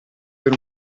per